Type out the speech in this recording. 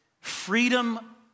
freedom